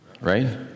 right